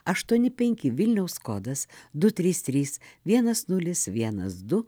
aštuoni penki vilniaus kodas du trys trys vienas nulis vienas du